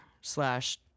slash